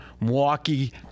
Milwaukee